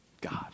God